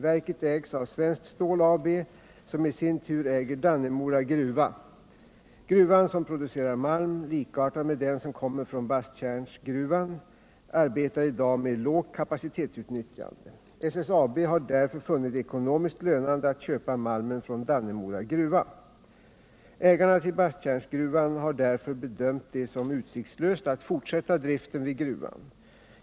Verket ägs av Svenskt Stål AB, som i sin tur äger Dannemora gruva. Denna gruva. som producerar malm likartad med den som kommer från Basttjärnsgruvan, arbetar i dag med lågt kapacitetsutnyttjande. SSAB har därför funnit det ekonomiskt lönande att köpa malmen från Dannemora gruva. Ägarna till Basttjärnsgruvan har därför bedömt det som utsiktslöst att fortsätta driften vid gruvan.